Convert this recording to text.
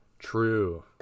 true